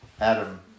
Adam